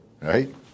right